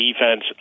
defense